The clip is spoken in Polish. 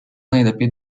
najlepiej